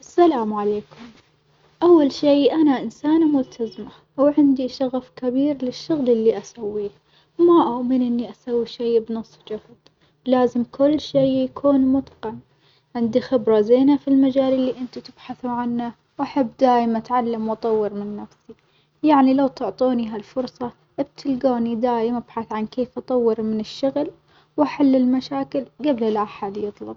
السلام عليكم أول شي أنا إنسانة ملتزمة وعندي شغف كبير للشغل اللي أسويه، ما أؤمن إني أسوي شي بنص جهد لازم كل شي يكون متقن، عندي خبرة زينة في المجال اللي إنتوا تبحثون عنه، وأحب دايم أتعلم وأطور من نفسي، يعني لو تعطوني هالفرصة بتلجوني دايم أبحث عن كيف أطور من الشغل وأحل المشاكل جبل لا أحد يطلب.